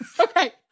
Okay